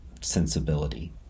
sensibility